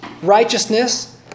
Righteousness